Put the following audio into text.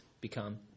become